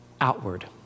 outward